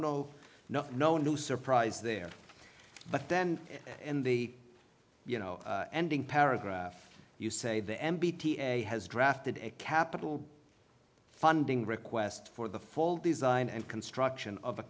no no no new surprise there but then and they you know ending paragraph you say the m b t a has drafted a capital funding request for the fall design and construction of a